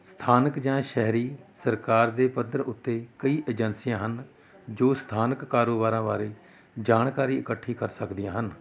ਸਥਾਨਕ ਜਾਂ ਸ਼ਹਿਰੀ ਸਰਕਾਰ ਦੇ ਪੱਧਰ ਉੱਤੇ ਕਈ ਏਜੰਸੀਆਂ ਹਨ ਜੋ ਸਥਾਨਕ ਕਾਰੋਬਾਰਾਂ ਬਾਰੇ ਜਾਣਕਾਰੀ ਇਕੱਠੀ ਕਰ ਸਕਦੀਆਂ ਹਨ